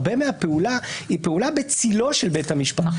הרבה מהפעולה היא פעולה בצלו של בית המשפט.